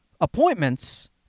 appointments